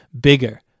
bigger